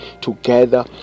together